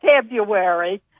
February